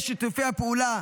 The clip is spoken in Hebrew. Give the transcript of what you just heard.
את שיתופי הפעולה,